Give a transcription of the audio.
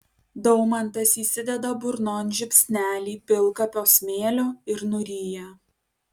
daumantas įsideda burnon žiupsnelį pilkapio smėlio ir nuryja